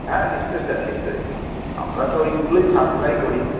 হ্যাঁ নিশ্চয়ই স্যার নিশ্চয়ই আমরা তো ওইগুলোই সাপ্লাই করি তো